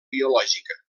biològica